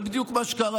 וזה בדיוק מה שקרה,